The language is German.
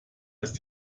ist